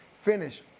finish